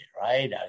right